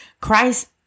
Christ